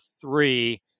three